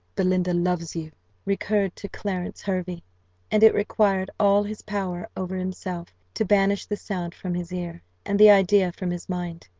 belinda loves you recurred to clarence hervey and it required all his power over himself to banish the sound from his ear, and the idea from his mind.